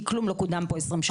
כי כלום לא קודם פה עשרים שנה.